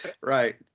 Right